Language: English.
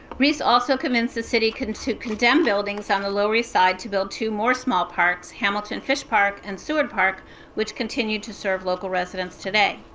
riis also convinces city to condemn buildings on the lower east side to build two more small parks, hamilton fish park and seward park which continue to serve local residents today.